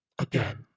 Again